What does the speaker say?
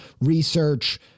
research